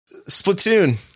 Splatoon